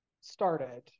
started